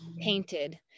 painted